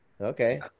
Okay